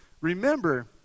remember